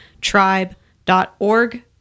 Tribe.org